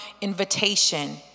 invitation